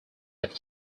but